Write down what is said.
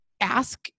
ask